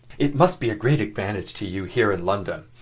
it must be a great advantage to you here in london.